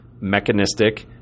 mechanistic